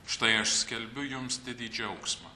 štai aš skelbiu jums didį džiaugsmą